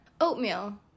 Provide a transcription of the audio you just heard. Oatmeal